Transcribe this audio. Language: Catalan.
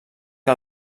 que